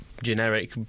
Generic